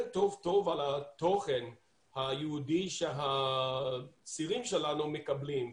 טוב טוב על התוכן היהודי שהצעירים שלנו מקבלים.